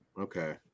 Okay